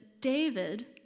David